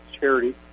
charity